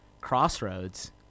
Crossroads